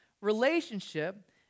relationship